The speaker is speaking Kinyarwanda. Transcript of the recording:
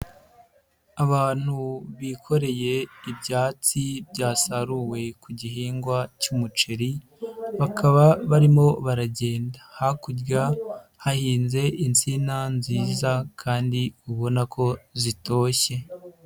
Abantu bikoreye ibyatsi byasaruwe ku gihingwa cy'umuceri, bakaba barimo baragenda, hakurya hahinze insina nziza kandi ubona ko zitoshye.